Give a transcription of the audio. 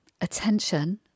attention